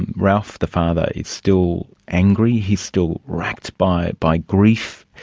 and ralph, the father, is still angry, he's still racked by by grief,